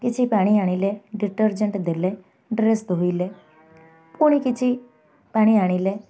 କିଛି ପାଣି ଆଣିଲେ ଡିଟରଜେଣ୍ଟ୍ ଦେଲେ ଡ୍ରେସ୍ ଧୋଇଲେ ପୁଣି କିଛି ପାଣି ଆଣିଲେ